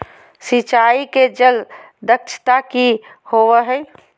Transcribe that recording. सिंचाई के जल दक्षता कि होवय हैय?